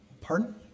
Pardon